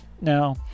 Now